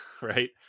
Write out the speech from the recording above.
right